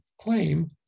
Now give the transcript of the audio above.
claim